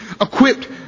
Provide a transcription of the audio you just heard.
equipped